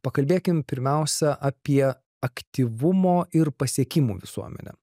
pakalbėkim pirmiausia apie aktyvumo ir pasiekimų visuomenę